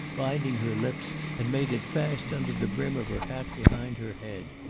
binding her lips, and made it fast under the brim of her hat behind her head.